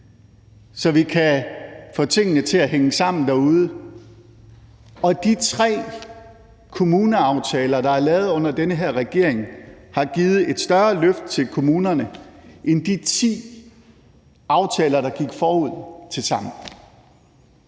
så vi kan få tingene til at hænge sammen derude. De tre kommuneaftaler, der er lavet under den her regering, har givet et større løft til kommunerne end de ti aftaler, der gik forud, tilsammen.